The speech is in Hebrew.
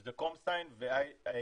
שזה קומסיין ופרסונל